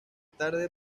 tarde